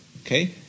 Okay